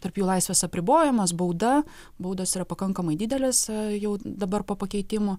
tarp jų laisvės apribojimas bauda baudos yra pakankamai didelės jau dabar po pakeitimų